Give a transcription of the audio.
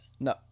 No